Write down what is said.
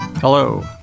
Hello